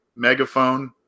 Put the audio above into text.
Megaphone